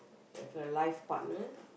you have a life partner